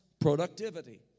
productivity